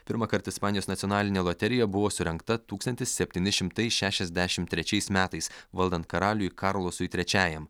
pirmąkart ispanijos nacionalinė loterija buvo surengta tūkstantis septyni šimtai šešiasdešimt trečiais metais valdant karaliui karlosui trečiajam